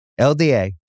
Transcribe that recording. LDA